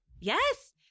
Yes